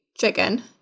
chicken